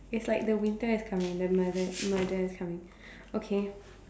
it's like the winter is coming the murder murder is coming okay